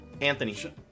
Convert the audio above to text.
Anthony